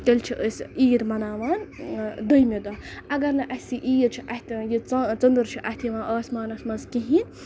تیٚلہِ چھِ أسۍ عیٖد مَناوان دوٚیمہِ دۄہ اگر نہٕ اَسہِ یہِ عیٖد چھِ اَتھِ یہِ ژا ژٔندٕر چھِ اَتھِ یِوان آسمانَس منٛز کِہیٖنۍ